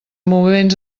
moments